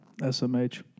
SMH